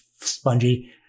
spongy